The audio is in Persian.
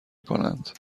کنند